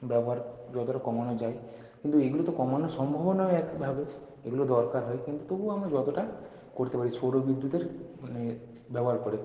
ব্যবহার যতটা কমানো যায় কিন্তু এইগুলো তো কমানো সম্ভবও নয় একভাবে এগুলো দরকার হয় কিন্তু তবু আমরা যতটা করতে পারি সৌরবিদ্যুতের মানে ব্যবহার করে